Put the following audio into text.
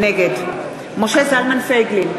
נגד משה זלמן פייגלין,